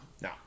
no